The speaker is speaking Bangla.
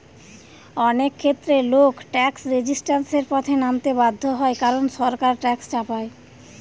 অনেক ক্ষেত্রে লোক ট্যাক্স রেজিস্ট্যান্সের পথে নামতে বাধ্য হয় কারণ সরকার ট্যাক্স চাপায়